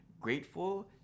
grateful